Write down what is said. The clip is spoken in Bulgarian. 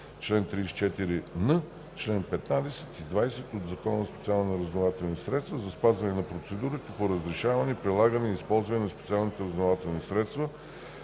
чл. 13, 34н, 15 и 20 от ЗСРС за спазване процедурите по разрешаване, прилагане и използване на